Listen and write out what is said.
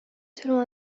selon